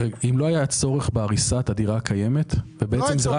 אם לא היה צורך בהריסת הדירה הקיימת ובעצם זה רק